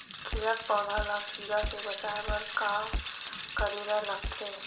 खिलत पौधा ल कीरा से बचाय बर का करेला लगथे?